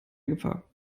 gefahr